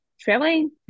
traveling